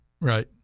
right